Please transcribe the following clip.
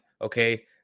okay